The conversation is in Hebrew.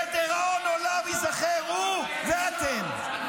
לדיראון עולם ייזכר, הוא ואתם.